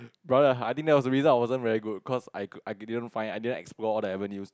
brother I think that was the reason I wasn't very good cause I I I didn't find I didn't explore the avenues